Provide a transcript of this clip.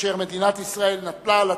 אשר מדינת ישראל נטלה על עצמה,